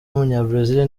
w’umunyabrazil